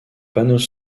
panneaux